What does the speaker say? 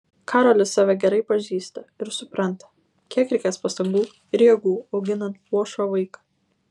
karolis save gerai pažįsta ir supranta kiek reikės pastangų ir jėgų auginant luošą vaiką